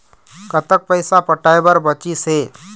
कतक पैसा पटाए बर बचीस हे?